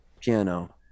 piano